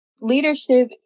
leadership